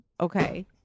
Okay